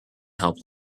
help